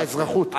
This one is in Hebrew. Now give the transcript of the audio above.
חוק האזרחות.